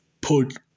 put